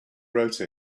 wrote